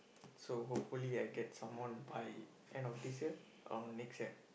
so hopefully I get someone by end of this year or next year